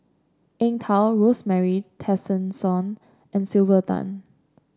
Eng Tow Rosemary Tessensohn and Sylvia Tan